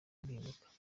impinduka